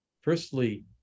firstly